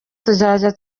tuzajya